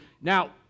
now